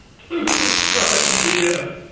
to the crimea!